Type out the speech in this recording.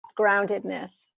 groundedness